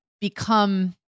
become